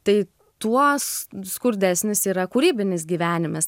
tai tuos skurdesnis yra kūrybinis gyvenimas